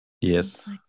Yes